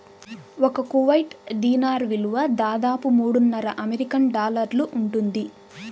ఒక Kuwait dinar విలువ దాదాపు మూడున్నర అమెరికన్ డాలర్లు ఉంటుంది